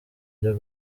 ryo